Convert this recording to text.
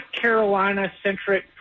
Carolina-centric